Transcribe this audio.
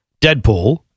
Deadpool